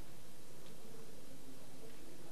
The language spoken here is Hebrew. נא לקרוא לסגן שר האוצר,